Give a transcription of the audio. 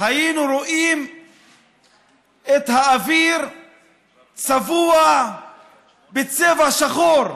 היינו רואים את האוויר צבוע בצבע שחור.